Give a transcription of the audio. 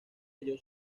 ello